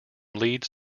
leeds